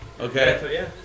Okay